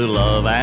love